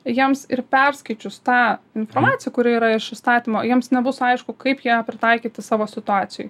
jiems ir perskaičius tą informaciją kuri yra iš įstatymo jiems nebus aišku kaip ją pritaikyti savo situacijoj